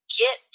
get